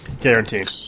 guaranteed